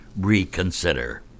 reconsider